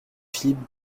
philippe